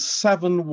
seven